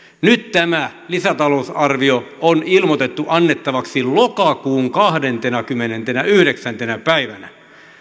nyt tämä lisätalousarvio on ilmoitettu annettavaksi lokakuun kahdentenakymmenentenäyhdeksäntenä päivänä